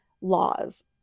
laws